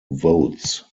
votes